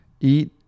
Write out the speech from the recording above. eat